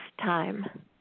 time